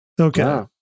Okay